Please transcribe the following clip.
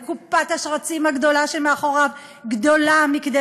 וקופת השרצים הגדולה שמאחוריו גדולה מכדי